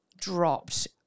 dropped